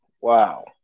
Wow